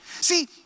See